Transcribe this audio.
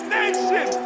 Nation